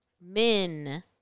Men